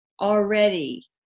already